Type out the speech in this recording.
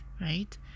right